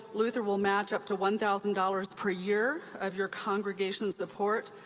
luther will match up to one thousand dollars per year of your congregation's support,